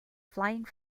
flying